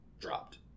dropped